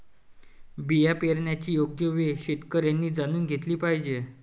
बिया पेरण्याची योग्य वेळ शेतकऱ्यांनी जाणून घेतली पाहिजे